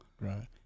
Right